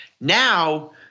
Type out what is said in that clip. now